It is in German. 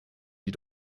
die